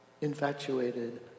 Infatuated